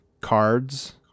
cards